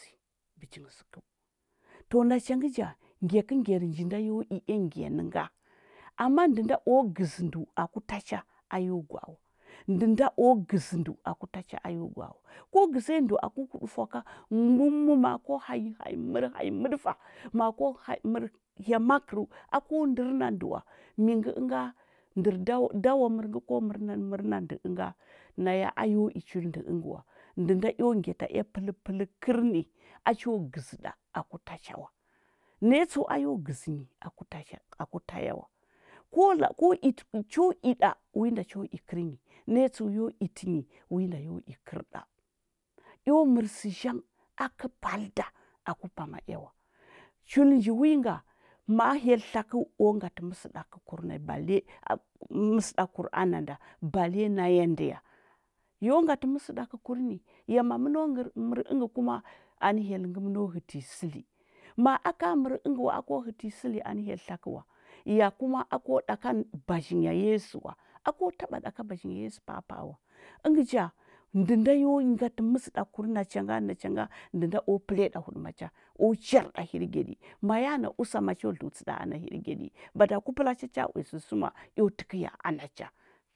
To nacha ngə ja, ngyakə ngyar nji nda yo i ea ngya ni nga. Amma ndə nda o gəzə ndəu aku ta cha a yo gwa a wa. Ndə nda o gəzə ndəu aku ta cha a yo gwa a wa. Ko gəziya aku ku ɗufwa ka, ngumm ma a ko hanyi hanyi mər hanyi məɗəfa ma a ko hanyi hanyi mər hya makərəu. a ko ndər na ndə wa. Mi ngə ənga? Ndər dawa dawa mər ngə ko mər na də ənga? Naya a yo i chul əngə wa. Ndə nda eo ngyata ea pəlpəlkər ni, a cho gəzə ɗa aku ta cha wa. Naya tsəu a yo gəzə nyi aku ta cha aku ta ya wa. Ko la a ko i cho i ɗa wi nda cho i kərnyi, naya tsəu yo itə nyi, wi nda yo i kərɗa. Eo mər sə zhang a kəpal da aku pama ea wa. Chul nji wi nga, ma a hyel tlakəu o ngatə məsəɗakəkur na cha bale mm məsəɗakəkur ana nda, bale naya ndə ya. Yo ngatə məsəɗakəkur ni, ya ma məno mər mər ŋgə kuma, anə hyel ngə məno hətə nyi səli. Ma aka mər əngə wa, a ko hətə nyi səli anə hyel tlakə wa, ya kuma a ko ɗa ka bazhinya yesu wa, a ko taɓa ɗa ka bazhinya yesu pa apa a wa. Əngə ja, ndə nda yo ngatə məsəɗakəkur na cha nga na cha nga ndə nda o pəliya ɗa huɗama cha, o char ɗa hirgyaɗi. Ma ya na usama, cho dləutsə ɗa ana hirgyaɗi. Bada ku pəla cha cha uya sərsuma, eo təkəya ana cha.